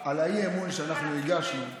על האי-אמון שהגשנו על